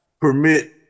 permit